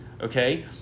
okay